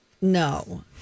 No